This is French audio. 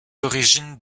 origines